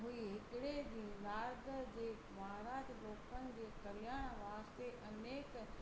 हुई हिकिड़े ॾींहुं नारद जे महाराज लोकन जे कल्याण वास्ते अनेक